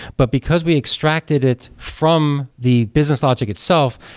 but because we extracted it from the business logic itself,